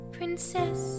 Princess